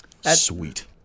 Sweet